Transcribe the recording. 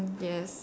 yes